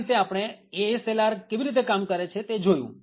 આ રીતે આપણે ASLR કેવીરીતે કામ કરે છે તે જોયું